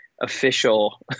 official